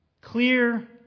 clear